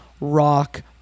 rock